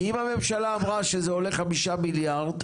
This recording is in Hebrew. כי אם הממשלה אמרה שזה עולה 5 מיליארד,